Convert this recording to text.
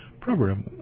program